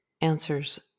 answers